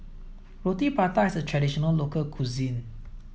Roti Prata is a traditional local cuisine